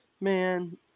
man